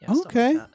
Okay